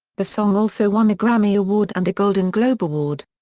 the song also won a grammy award and a golden globe award.